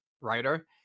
writer